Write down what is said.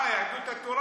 אה, יהדות התורה?